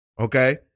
Okay